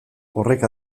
horrek